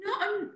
No